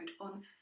on